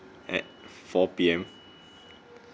at four P_M